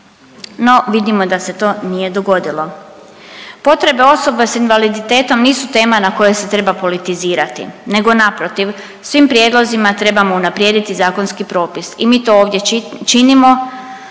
no vidimo da se to nije dogodilo. Potrebe osobe s invaliditetom nisu tema na kojoj se treba politizirati, nego naprotiv, svim prijedlozima trebamo unaprijediti zakonski propis i mi to ovdje činimo,